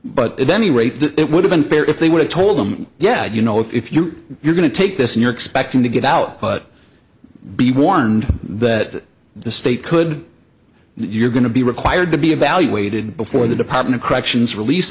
he raped it would have been fair if they would have told him yeah you know if you you're going to take this in your expecting to get out but be warned that the state could you're going to be required to be evaluated before the department of corrections release